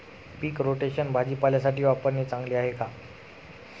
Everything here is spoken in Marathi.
पीक रोटेशन भाजीपाल्यासाठी वापरणे चांगले आहे का?